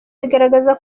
bigaragaza